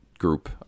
Group